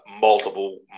multiple